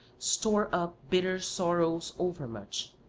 store up bitter sorrows overmuch,